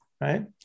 right